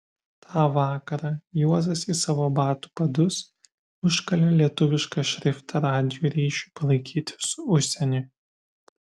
tą vakarą juozas į savo batų padus užkalė lietuvišką šriftą radijo ryšiui palaikyti su užsieniu